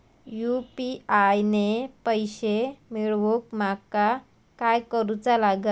UPI ने पैशे मिळवूक माका काय करूचा लागात?